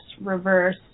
reverse